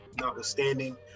notwithstanding